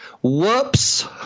Whoops